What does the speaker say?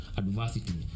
adversity